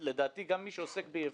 לדעתי גם למי שעוסק בייבוא,